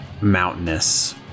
mountainous